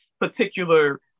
particular